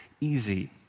easy